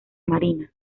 marina